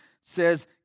says